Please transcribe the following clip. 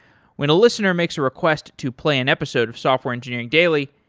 when a listener makes a request to play an episode of software engineering daily,